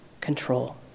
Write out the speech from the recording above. control